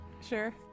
Sure